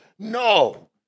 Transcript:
No